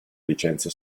licenze